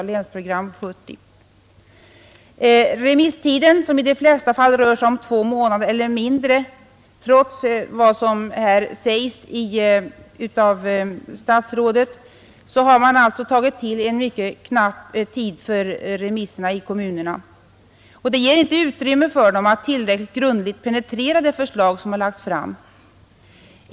Remisstiden har i de flesta fall rört sig om två månader eller mindre, och trots vad som här sägs av statsrådet har man alltså tagit till en mycket knapp remisstid för kommunerna. Det ger inte utrymme för kommunerna att tillräckligt grundligt penetrera det förslag som framlagts.